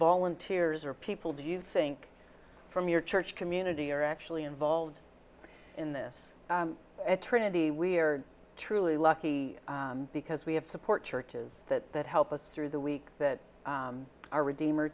volunteers or people do you think from your church community or actually involved in this at trinity we are truly lucky because we have support churches that that help us through the week that our redeem